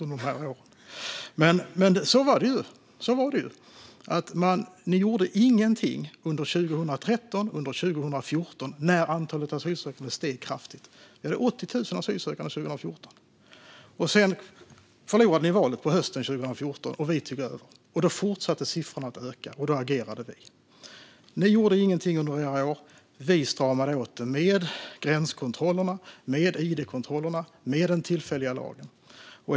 Så var det ju nämligen, Maria Malmer Stenergard: Ni gjorde ingenting under 2013 och 2014 när antalet asylsökande steg kraftigt. Vi hade 80 000 asylsökande 2014. Sedan förlorade ni valet hösten 2014, och vi tog över. Då fortsatte siffran att öka, och då agerade vi. Ni gjorde ingenting under era år, men vi stramade åt detta med gränskontrollerna, id-kontrollerna och den tillfälliga lagen.